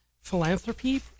philanthropy